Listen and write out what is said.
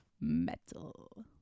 metal